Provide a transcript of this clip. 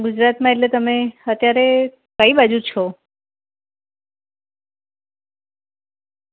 ગુજરાતમાં એટલે તમે અત્યારે કઈ બાજુ છો